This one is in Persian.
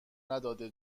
نداده